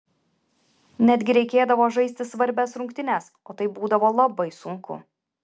netgi reikėdavo žaisti svarbias rungtynes o tai būdavo labai sunku